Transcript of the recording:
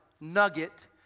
nugget